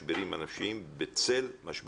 עם הלחצים והמשברים בצל הקורונה,